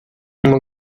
uma